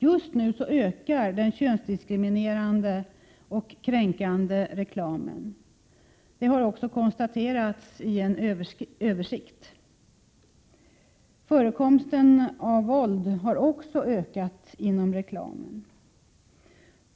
Just nu ökar den könsdiskriminerande och kränkande reklamen. Det har också konstaterats i en översikt. Förekomsten av våld har också ökat inom reklamen.